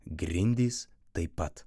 grindys taip pat